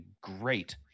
great